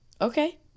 Okay